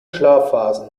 schlafphasen